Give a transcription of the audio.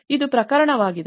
ಇದು ಪ್ರಕರಣವಾಗಿದೆ